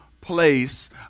place